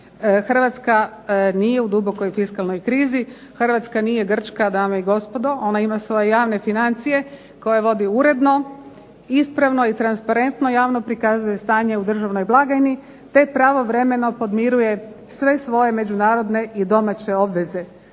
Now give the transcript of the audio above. Hrvatska nije u dubokoj fiskalnoj krizi, Hrvatska nije Grčka dame i gospodo, ona ima svoje javne financije koje vodi uredno, ispravno i transparentno, javno prikazuje stanje u državnoj blagajni, te pravovremeno podmiruje sve svoje međunarodne i domaće obveze.